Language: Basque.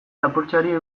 lapurtzeari